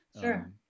Sure